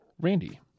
Randy